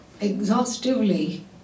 exhaustively